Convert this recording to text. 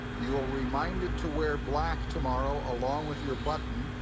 you are reminded to wear black tomorrow, along with your button,